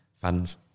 fans